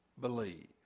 believe